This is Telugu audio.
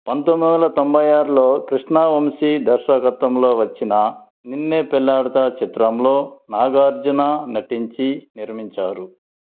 పంతొమ్మిది వందల తొంబై ఆరులో కృష్ణవంశీ దర్శకత్వంలో వచ్చిన నిన్నేపెళ్ళాడతా చిత్రంలో నాగార్జున నటించి నిర్మించారు